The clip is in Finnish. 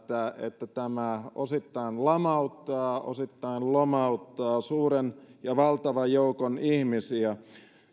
että tämä osittain lamauttaa osittain lomauttaa suuren ja valtavan joukon ihmisiä